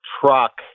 truck